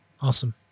Awesome